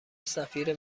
سفیر